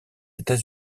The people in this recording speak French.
états